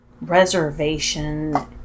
reservation